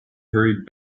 hurried